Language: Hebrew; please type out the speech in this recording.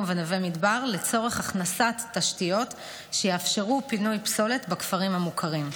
ונווה מדבר לצורך הכנסת תשתיות שיאפשרו פינוי פסולת בכפרים המוכרים.